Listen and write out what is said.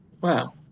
Wow